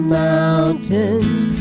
mountains